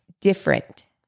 different